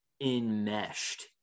enmeshed